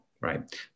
right